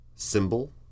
Symbol